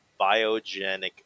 biogenic